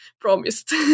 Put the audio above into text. promised